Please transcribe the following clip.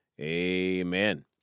amen